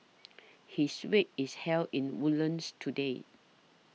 his wake is held in Woodlands today